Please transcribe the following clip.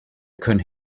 können